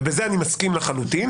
ובזה אני מסכים לחלוטין,